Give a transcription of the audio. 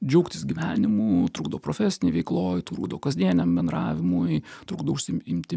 džiaugtis gyvenimu trukdo profesinėj veikloj trukdo kasdieniam bendravimui trukdo užsiimti